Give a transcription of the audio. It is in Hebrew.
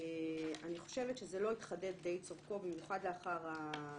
אני חושבת שזה לא התחדד די צורכו, במיוחד לאחר מה